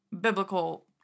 biblical